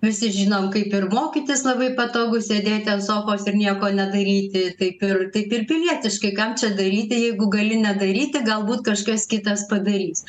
visi žinom kaip ir mokytis labai patogu sėdėti ant sofos ir nieko nedaryti taip ir taip ir pilietiškai kam čia daryti jeigu gali nedaryti galbūt kažkas kitas padarys